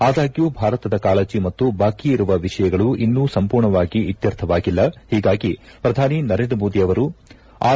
ಆದಾಗ್ಲೂ ಭಾರತದ ಕಾಳಜಿ ಮತ್ತು ಬಾಕಿ ಇರುವ ವಿಷಯಗಳು ಇನ್ನೂ ಸಂಪೂರ್ಣವಾಗಿ ಇತ್ತರ್ಥವಾಗಿಲ್ಲ ಹೀಗಾಗಿ ಪ್ರಧಾನಿ ನರೇಂದ್ರ ಮೋದಿ ಅವರು ಆರ್